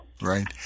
Right